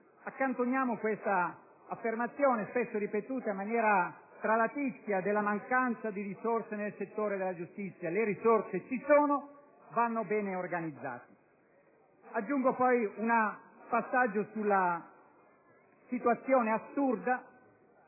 Accantoniamo quindi l'affermazione, spesso ripetuta in maniera tralatizia, della mancanza di risorse nel settore giustizia, poiché le risorse ci sono e vanno bene organizzate. Aggiungo poi un passaggio sulla situazione assurda